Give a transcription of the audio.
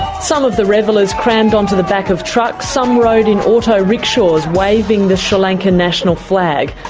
some of the revellers crammed onto the back of trucks, some rode in auto rickshaws, waving the sri lankan national flag.